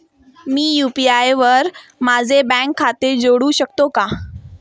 मी UPI वर माझे bank खाते जोडू शकतो का?